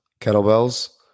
kettlebells